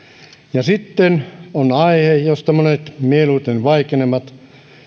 ja sitten on aihe josta monet mieluiten vaikenevat